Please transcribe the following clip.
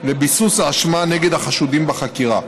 לביסוס האשמה נגד החשודים בחקירה.